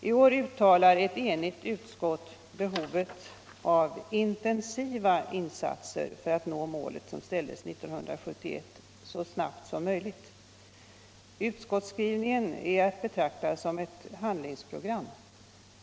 I år framhåller ett enigt utskott behovet av intensiva insatser för att så snart som möjligt nå målet som uppställdes 1971. Utskottsskrivningen är att betrakta som ett handlingsprogram.